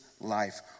life